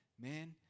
man